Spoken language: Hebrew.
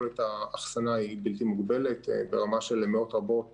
יכולת האחסנה היא בלתי מוגבלת ברמה של מאות רבות